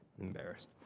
embarrassed